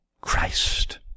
Christ